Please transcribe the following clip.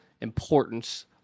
importance